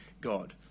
God